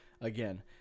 again